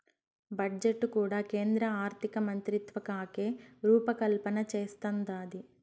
budget కూడా కేంద్ర ఆర్థికమంత్రిత్వకాకే రూపకల్పన చేస్తందాది